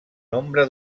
nombre